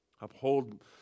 Uphold